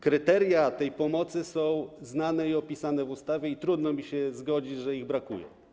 Kryteria tej pomocy są znane i opisane w ustawie i trudno mi się zgodzić, że ich brakuje.